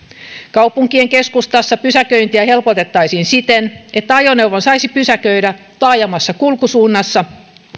kaupunkien keskustassa pysäköintiä helpotettaisiin siten että ajoneuvon saisi pysäköidä taajamassa kulkusuunnassa myös